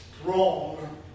wrong